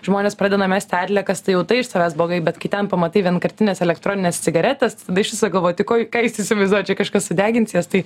žmonės pradeda mesti atliekas tai jau tai iš savęs blogai bet kai ten pamatai vienkartines elektronines cigaretes tada iš viso galvoji tai ko ką jūs įsivaizduojat čia kažkas sudegins jas tai